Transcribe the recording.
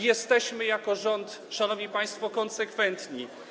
Jesteśmy jako rząd, szanowni państwo, konsekwentni.